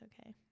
okay